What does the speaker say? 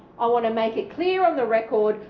i want to make it clear on the record,